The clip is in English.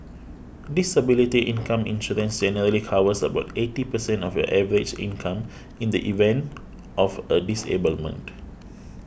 disability income insurance generally covers about eighty percent of your average income in the event of a disablement